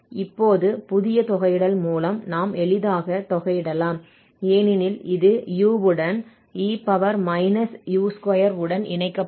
இப்போது புதிய தொகையிடல் மூலம் நாம் எளிதாகச் தொகையிடலாம் ஏனெனில் இது u உடன் e u2உடன் இணைக்கப்படும்